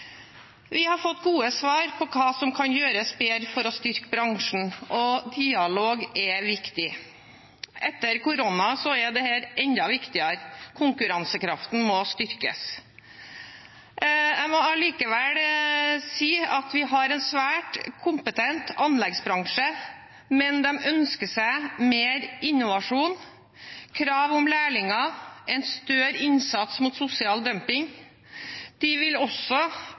Vi har fått gode svar på hva som kan gjøres bedre for å styrke bransjen, og dialog er viktig. Etter koronaen er dette enda viktigere – konkurransekraften må styrkes. Jeg må allikevel si at vi har en svært kompetent anleggsbransje, men de ønsker seg mer innovasjon, har krav om lærlinger og ønsker en større innsats mot sosial dumping. De vil også